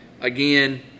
again